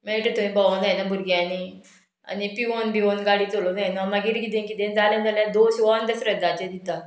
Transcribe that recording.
मेळटा थंय भोंवों जायना भुरग्यांनी आनी पिवोन भिवोन गाडी चलोवंक जायना मागीर किदें किदें जालें जाल्यार दोश हो अंधश्रद्धाचेर दिता